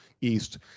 east